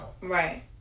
Right